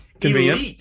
convenient